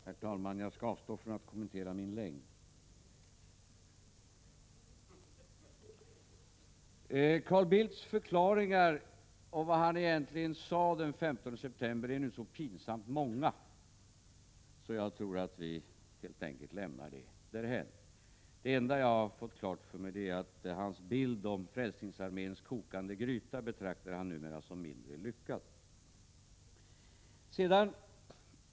Herr talman! Jag skall avstå från att kommentera min längd. Carl Bildts förklaringar till vad han egentligen sade den 15 september är nu så pinsamt många att jag tror att vi helt enkelt lämnar den saken därhän. Det enda jag har fått klart för mig är att han numera betraktar sin bild av Frälsningsarméns kokande gryta som mindre lyckad.